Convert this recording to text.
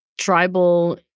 Tribal